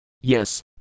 Yes